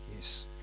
Yes